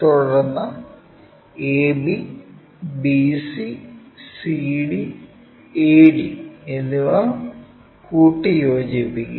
തുടർന്ന് ab bc cd ad എന്നിവ കൂട്ടി യോജിപ്പിക്കുക